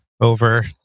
over